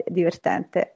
divertente